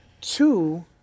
Two